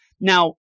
Now